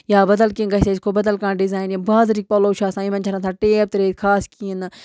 یا بدل کیٚنٛہہ گژھِ اَسہِ خۄ بدل کانٛہہ ڈِزایِن یِم بازرٕکۍ پَلو چھِ آسان یِمَن چھَنہٕ آسان ٹیب ترٲیِتھ خاص کِہیٖنۍ نہٕ